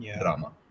drama